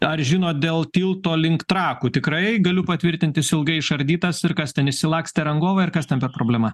ar žinot dėl tilto link trakų tikrai galiu patvirtint jis ilgai išardytas ir kas ten išsilakstė rangovai ar kas ten per problema